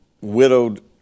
widowed